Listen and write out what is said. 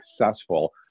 successful